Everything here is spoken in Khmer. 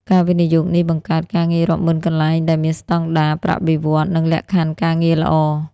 ការវិនិយោគនេះបង្កើតការងាររាប់ម៉ឺនកន្លែង ដែលមានស្ដង់ដារប្រាក់បៀវត្សរ៍ និងលក្ខខណ្ឌការងារល្អ។